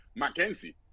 McKenzie